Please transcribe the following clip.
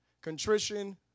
contrition